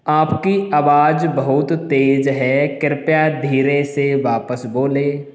आपकी आवाज़ बहुत तेज है कृपया धीरे से वापस बोलें